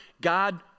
God